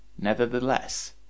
nevertheless